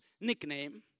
nickname